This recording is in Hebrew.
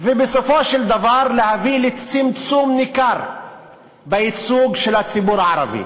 ובסופו של דבר להביא לצמצום ניכר בייצוג של הציבור הערבי,